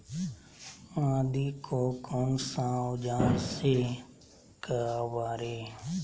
आदि को कौन सा औजार से काबरे?